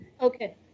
Okay